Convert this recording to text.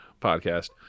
podcast